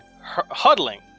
huddling